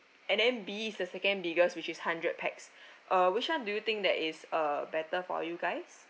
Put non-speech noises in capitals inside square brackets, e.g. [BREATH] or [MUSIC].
and then B is the second biggest which is hundred pax [BREATH] uh which one do you think that is uh better for you guys